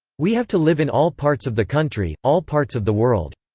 we have to live in all parts of the country, all parts of the world.